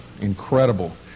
incredible